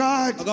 God